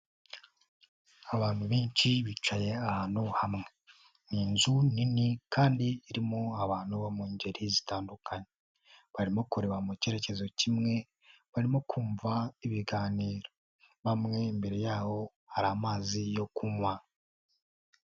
Abantu benshi bicaye ahantu hamwe, ni inzu nini kandi irimo abantu bo mu ngeri zitandukanye, barimo kureba mu kerekezo kimwe barimo kumva ibiganiro bamwe imbere yabo hari amazi yo kunywa.